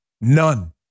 None